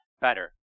better